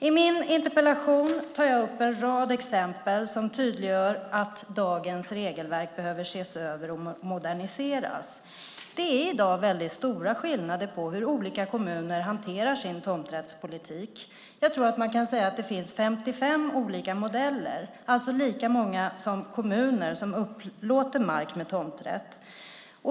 I min interpellation tar jag upp en rad exempel på att dagens regelverk behöver ses över och moderniseras. Det är i dag väldigt stora skillnader på hur olika kommuner hanterar sin tomträttspolitik. Jag tror att man kan säga att det finns 55 olika modeller, det vill säga lika många som antalet kommuner som upplåter mark med tomträtt.